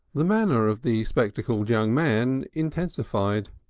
the manner of the spectacled young man intensified.